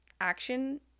action